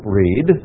read